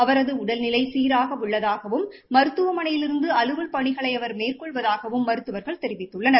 அவது உடல்நிலை சீராக உள்ளதாகவும் மருத்துவமனையிலிருந்து அலுவல் பணிகளை அவர் மேற்கொள்வதாகவும் மருத்துவர்கள் தெரிவித்துள்ளனர்